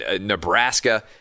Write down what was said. Nebraska